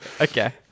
Okay